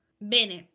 Bene